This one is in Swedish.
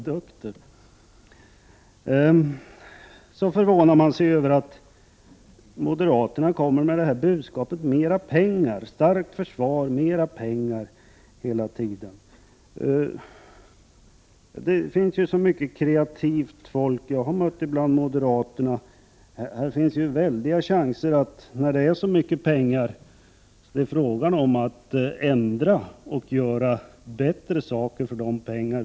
Det är förvånande att moderaterna hela tiden kommer med budskapet om ett starkt försvar och mera pengar. Det finns så mycket kreaktivt folk bland moderaterna, och de har chansen att föreslå förändringar och göra förbättringar med de pengar som finns — det är fråga om mycket pengar.